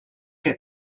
que